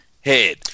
head